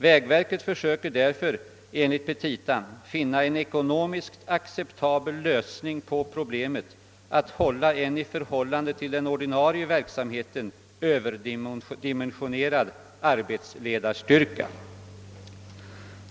Vägverket försöker därför enligt sina petita finna en ekonomiskt acceptabel lösning på problemet att hålla en i förhållande till den ordinarie verksamheten överdimensionerad arbetsledarstyrka.